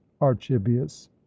Archibius